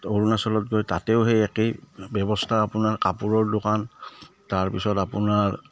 অৰুণাচলত গৈ তাতেও সেই একেই ব্যৱস্থা আপোনাৰ কাপোৰৰ দোকান তাৰপিছত আপোনাৰ